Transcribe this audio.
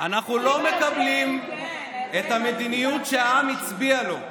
אנחנו לא מקבלים את המדיניות שהעם הצביע לה,